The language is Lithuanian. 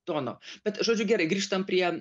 tono bet žodžiu gerai grįžtam prie